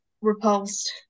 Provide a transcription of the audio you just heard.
repulsed